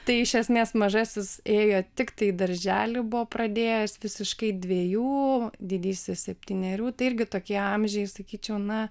tai iš esmės mažasis ėjo tiktai į darželį buvo pradėjęs visiškai dviejų o didysis septynerių tai irgi tokie amžiai sakyčiau na